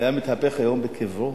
שהיה מתהפך היום בקברו,